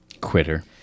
Quitter